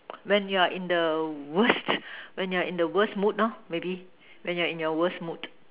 when you are in the worst when you are in the worst mood maybe when you are in your worst mood